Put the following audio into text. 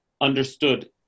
understood